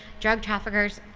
drug traffickers,